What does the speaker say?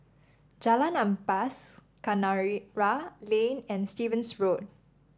Jalan Ampas Kinara Lane and Stevens Road